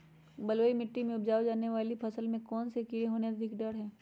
बलुई मिट्टी में उपजाय जाने वाली फसल में कौन कौन से कीड़े होने के अधिक डर हैं?